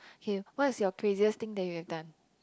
okay what is your craziest thing that you have done